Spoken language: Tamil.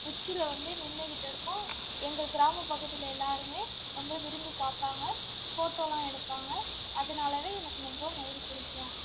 உச்சியில் வந்து நின்றுகிட்டு இருக்கும் எங்கள் கிராமப் பகுதியில் எல்லாருமே ரொம்ப விரும்பி பார்ப்பாங்க ஃபோட்டோவெலாம் எடுப்பாங்க அதனால எனக்கு ரொம்ப மயில் பிடிக்கும்